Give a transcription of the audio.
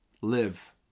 live